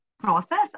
process